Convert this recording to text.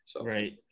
right